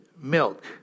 milk